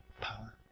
power